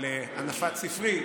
על הנפת ספרי.